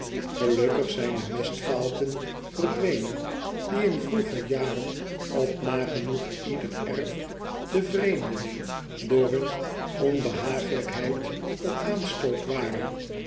elukkig zijn de mestvaalten verdwenen die in vroeger jaren op nagenoeg ieder erve den vreemdeling door hun onbehagelijkheid een aanstoot waren